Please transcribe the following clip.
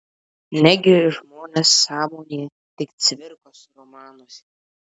negi žmonės sąmonėja tik cvirkos romanuose